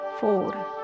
four